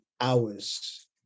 hours